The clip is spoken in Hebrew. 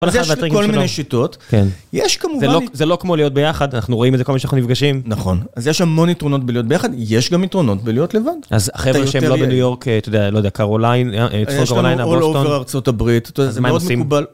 יש לי כל מיני שיטות, יש כמובן... זה לא כמו להיות ביחד, אנחנו רואים איזה כל פעם שאנחנו נפגשים. נכון. אז יש המון יתרונות בלהיות ביחד, יש גם יתרונות בלהיות לבד. אז החבר'ה שהם לא בניו יורק, אתה יודע, לא יודע, קרוליין, צפו קרוליינה, בוסטון, יש לנו ב"אול-אובר" ארצות הברית, זה מאוד מקובל.